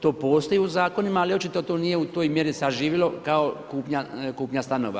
To postoji u zakonima, ali očito to nije u toj mjeri saživilo kao kupnja stanova.